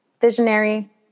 visionary